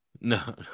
No